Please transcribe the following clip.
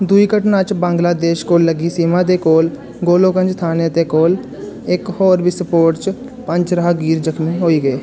दूई घटना च बंगलादेश कोल लग्गी सीमा दे कोल गोलोकगंज थाने दे कोल इक होर बिस्फोट च पंज राह्गीर जख्मी होई गे